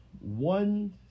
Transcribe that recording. one